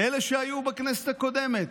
אלה שהיו בכנסת הקודמת,